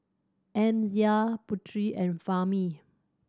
Amsyar Putri and Fahmi